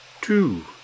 two